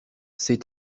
ces